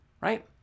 Right